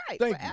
Right